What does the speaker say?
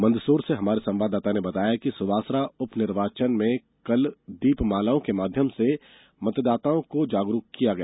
मंदसौर से हमारे संवाददाता ने बताया है कि सुवासरा उप निर्वाचन में कल दीपमालाओं के माध्यम से मतदाताओं को जागरूक किया गया